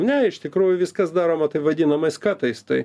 ne iš tikrųjų viskas daroma taip vadinamais katais tai